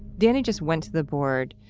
danny just went to the board,